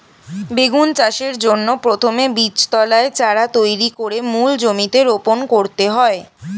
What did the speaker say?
বেগুন চাষের জন্য প্রথমে বীজতলায় চারা তৈরি করে মূল জমিতে রোপণ করতে হয়